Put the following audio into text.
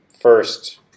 first